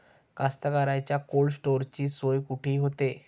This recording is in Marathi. कास्तकाराइच्या कोल्ड स्टोरेजची सोय कुटी होते?